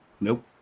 Nope